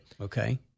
Okay